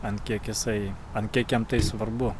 ant kiek jisai ant kiek jam tai svarbu